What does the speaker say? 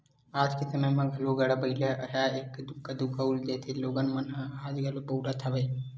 आज के समे म घलो गाड़ा बइला ह एक्का दूक्का दिखउल देथे लोगन मन आज घलो बउरत हवय